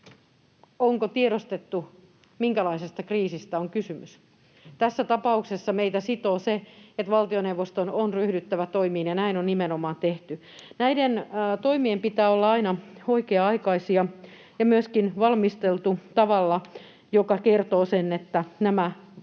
onko tiedostettu, minkälaisesta kriisistä on kysymys. Tässä tapauksessa meitä sitoo se, että valtioneuvoston on ryhdyttävä toimiin, ja näin on nimenomaan tehty. Näiden toimien pitää olla aina oikea-aikaisia ja myöskin valmisteltu tavalla, joka kertoo sen, että nämä rajoitukset